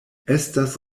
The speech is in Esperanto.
estas